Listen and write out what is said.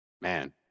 man